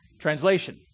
Translation